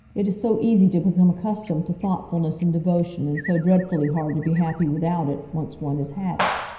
it is so easy to become accustomed to thoughtfulness and devotion, and so dreadfully hard to be happy without it, once one has had it.